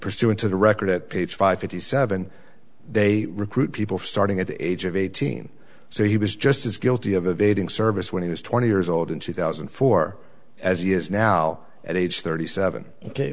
pursuant to the record at page five fifty seven they recruit people starting at the age of eighteen so he was just as guilty of evading service when he was twenty years old in two thousand and four as he is now at age thirty seven